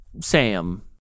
Sam